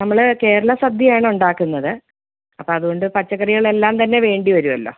നമ്മൾ കേരള സദ്യയാണ് ഉണ്ടാക്കുന്നത് അപ്പോൾ അതുകൊണ്ട് പച്ചക്കറികളെല്ലാം തന്നെ വേണ്ടി വരുമല്ലോ